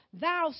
Thou